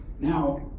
Now